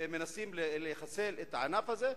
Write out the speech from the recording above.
מנסים לחסל את הענף הזה?